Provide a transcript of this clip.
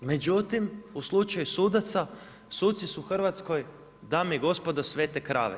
Međutim, u slučaju sudaca, suci su u Hrvatskoj, dame i gospodo svete krave.